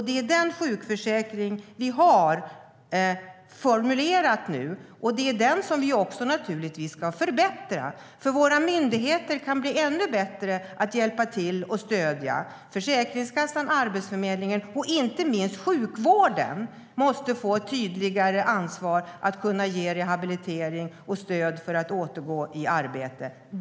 Det är den sjukförsäkring vi har formulerat nu, och det är den som vi naturligtvis ska förbättra. Våra myndigheter kan bli ännu bättre på att hjälpa till och stödja. Försäkringskassan, Arbetsförmedlingen och inte minst sjukvården måste få tydligare ansvar att ge rehabilitering och stöd för att återgå i arbete.